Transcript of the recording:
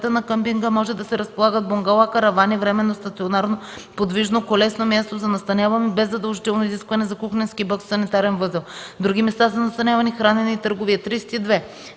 други места за настаняване, хранене и търговия.